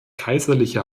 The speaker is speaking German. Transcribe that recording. kaiserliche